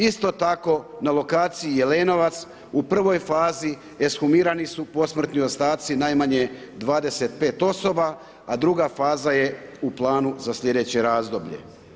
Isto tako na lokaciji Jelenovac u prvoj fazi ekshumirani su posmrtni ostaci najmanje 25 osoba, a druga faza je u planu za sljedeće razdoblje.